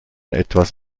etwas